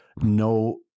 no